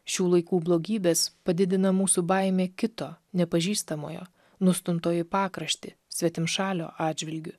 šių laikų blogybės padidina mūsų baimę kito nepažįstamojo nustumto į pakraštį svetimšalio atžvilgiu